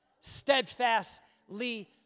steadfastly